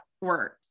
work